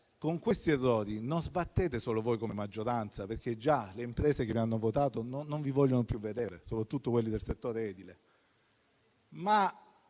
con questi errori non sbattete solo voi come maggioranza, perché già le imprese che vi hanno votato non vi vogliono più vedere, soprattutto quelle del settore edile;